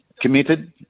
Committed